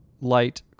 light